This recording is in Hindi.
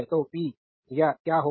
तो पी या क्या होगा